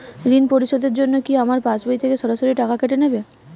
ঋণ পরিশোধের জন্য কি আমার পাশবই থেকে সরাসরি টাকা কেটে নেবে?